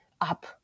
up